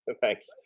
Thanks